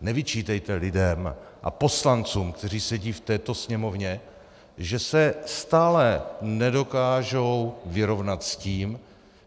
Nevyčítejte lidem a poslancům, kteří sedí v této Sněmovně, že se stále nedokážou vyrovnat s tím,